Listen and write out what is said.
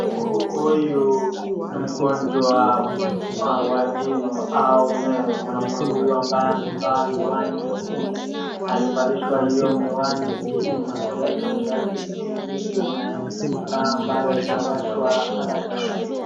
Huyu ni mgonjwa wa jino au meno , mwanaume huyo ambaye amevaa miwani nyekundu, alivalishwa ili macho yake isiumizwe na taa ambayo itawashwa na daktari.